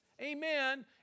amen